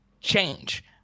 change